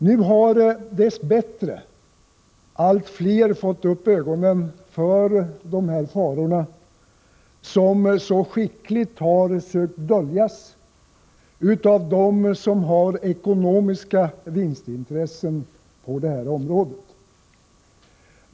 Nu har dess bättre allt fler fått upp ögonen för dessa faror, som så skickligt har sökt döljas av dem som har ekonomiska vinstintressen på detta område.